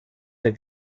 der